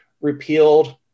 repealed